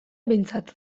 behintzat